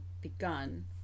begun